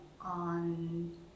on